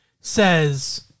says